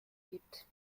gibt